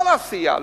כל הסיעה,